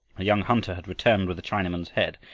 a young hunter had returned with a chinaman's head,